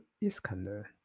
Iskander